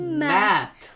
math